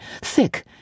thick